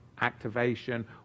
activation